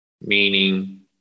meaning